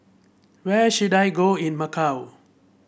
where should I go in Macau